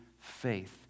faith